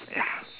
ya